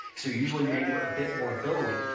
so usually made with a bit more billowing.